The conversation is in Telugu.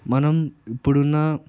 మనం ఇప్పుడున్న